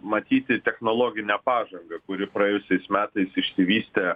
matyti technologinę pažangą kuri praėjusiais metais išsivystė